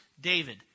David